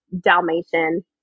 Dalmatian